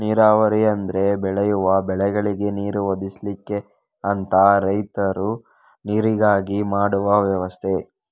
ನೀರಾವರಿ ಅಂದ್ರೆ ಬೆಳೆಯುವ ಬೆಳೆಗಳಿಗೆ ನೀರು ಒದಗಿಸ್ಲಿಕ್ಕೆ ಅಂತ ರೈತರು ನೀರಿಗಾಗಿ ಮಾಡುವ ವ್ಯವಸ್ಥೆ